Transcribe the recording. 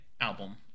album